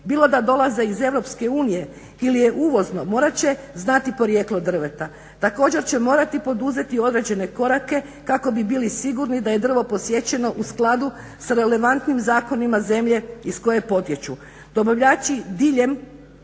bilo da dolaze iz EU ili je uvozno morat će znati porijeklo drveta. Također će morati poduzeti određene korake kako bi bili sigurni da je drvo posjećeno u skladu sa relevantnim zakonima zemlje iz koje potječu. Dobavljači diljem